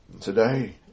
Today